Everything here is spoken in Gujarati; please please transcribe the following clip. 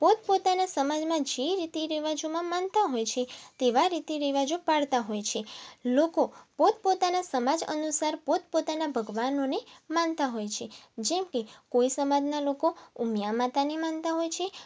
પોતપોતાના સમાજમાં જે રીતિ રિવાજોમાં માનતા હોય છે તેવા રીતિ રિવાજો પાળતા હોય છે લોકો પોતપોતાના સમાજ અનુસાર પોતપોતાના ભગવાનોને માનતા હોય છે જેમકે કોઇ સમાજના લોકો ઉમિયા માતાને માનતા હોય છે